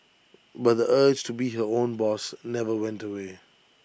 but the urge to be her own boss never went away